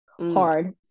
hard